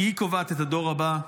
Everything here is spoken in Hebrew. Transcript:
כי היא קובעת את הדור הבא,